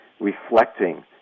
reflecting